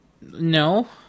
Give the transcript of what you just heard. No